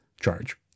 charge